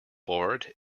board